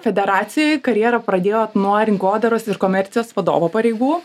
federacijoj karjerą pradėjot nuo rinkodaros ir komercijos vadovo pareigų